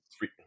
three